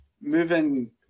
Moving